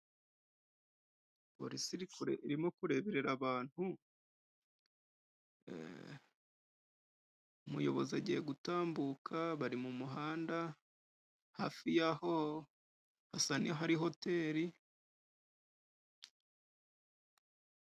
Polisi irimo kureberera abantu. Umuyobozi agiye gutambuka bari mu muhanda. Hafi yaho hasa nahari hoteri.